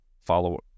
follow